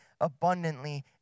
abundantly